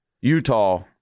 Utah